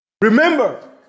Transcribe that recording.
Remember